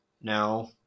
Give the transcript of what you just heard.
now